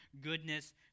goodness